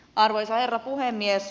arvoisa herra puhemies